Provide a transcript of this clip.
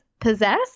possess